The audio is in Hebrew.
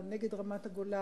לא נגד רמת-הגולן.